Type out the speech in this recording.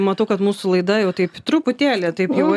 matau kad mūsų laida jau taip truputėlį taip jau